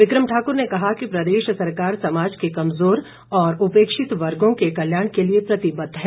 बिक्रम ठाकुर ने कहा कि प्रदेश सरकार समाज के कमजोर और उपेक्षित वर्गो के कल्याण के लिए प्रतिबद्ध है